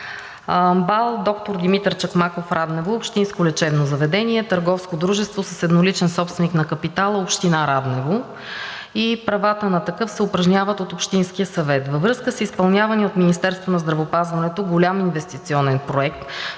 Димитър Чакмаков“ – Раднево, е общинско лечебно заведение, търговско дружество с едноличен собственик на капитала Община Раднево и правата на такъв се упражняват от Общинския съвет. Във връзка с изпълнявания от Министерството на здравеопазването голям инвестиционен проект